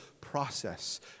process